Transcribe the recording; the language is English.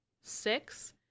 six